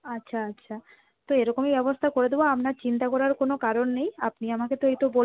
আচ্ছা আচ্ছা তো এরকমই ব্যবস্থা করে দেবো আপনার চিন্তা করার কোনো কারণ নেই আপনি আমাকে তো এই তো বললেন